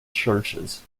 churches